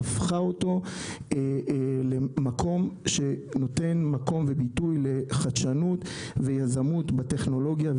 והפכה אותו למקום שנותן מקום וביטוי לחדשנות ויזמות בטכנולוגיה.